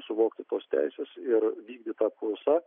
suvokti tos teisės ir vykdyta apklausa